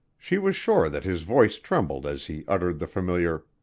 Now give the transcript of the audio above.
she was sure that his voice trembled as he uttered the familiar.